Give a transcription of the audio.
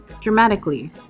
dramatically